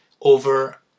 over